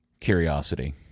curiosity